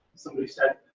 somebody said,